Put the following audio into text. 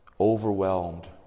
overwhelmed